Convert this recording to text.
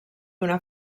una